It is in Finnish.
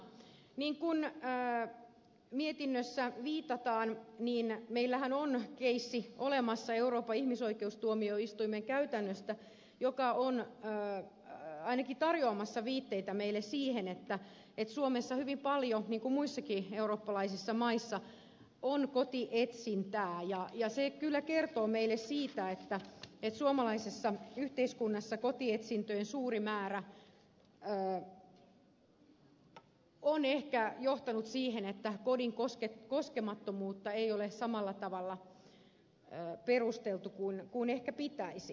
niin kuin mietinnössä viitataan meillähän on keissi olemassa euroopan ihmisoikeustuomioistuimen käytännöstä joka on ainakin tarjoamassa viitteitä meille siihen että suomessa hyvin paljon niin kuin muissakin eurooppalaisissa maissa on kotietsintää ja se kyllä kertoo meille siitä että suomalaisessa yhteiskunnassa kotietsintöjen suuri määrä on ehkä johtanut siihen että kodin koskemattomuutta ei ole samalla tavalla perusteltu kuin ehkä pitäisi